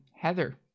heather